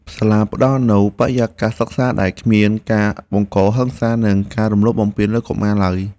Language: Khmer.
សាលាផ្តល់នូវបរិយាកាសសិក្សាដែលគ្មានការបង្កហិង្សានិងការរំលោភបំពានលើកុមារឡើយ។